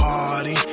Party